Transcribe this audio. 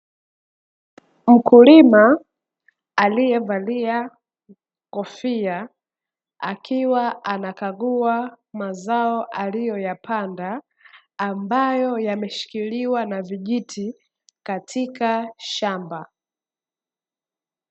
Mkulima aliyevalia kofia akiwa anakagua mazao aliyoyapanda ambayo yameshikiliwa na vijiti katika shamba.